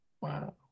Wow